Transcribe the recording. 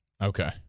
Okay